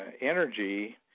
energy